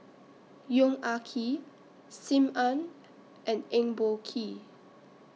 Yong Ah Kee SIM Ann and Eng Boh Kee